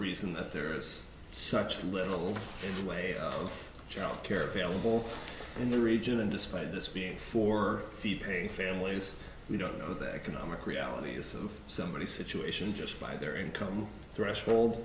reason that there is such a little way of childcare available in the region and despite this being four feet pay families we don't know the economic realities of somebody's situation just by their income